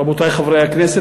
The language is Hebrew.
רבותי חברי הכנסת,